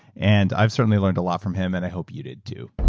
and i've certainly learned a lot from him, and i hope you did too